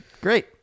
Great